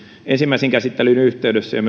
ensimmäisen käsittelyn yhteydessä ja